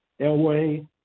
Elway